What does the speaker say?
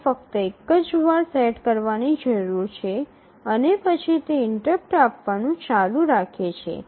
તે ફક્ત એક જ વાર સેટ કરવાની જરૂર છે અને તે પછી તે ઇન્ટરપ્ટ આપવાનું ચાલુ રાખે છે